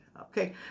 Okay